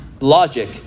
logic